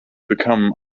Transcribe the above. become